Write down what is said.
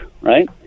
right